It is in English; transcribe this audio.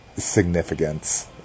Significance